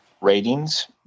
ratings